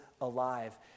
alive